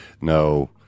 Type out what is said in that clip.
No